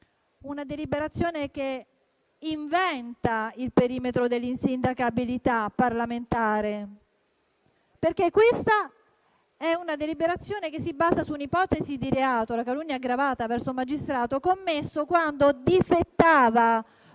una deliberazione che inventa il perimetro dell'insindacabilità parlamentare, perché questa è una deliberazione che si basa su una ipotesi di reato, la calunnia aggravata verso un magistrato, commesso quando Albertini